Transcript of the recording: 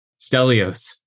Stelios